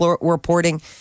reporting